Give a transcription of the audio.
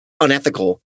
unethical